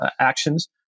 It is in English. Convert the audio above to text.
actions